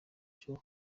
cyo